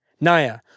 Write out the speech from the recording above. Naya